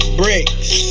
bricks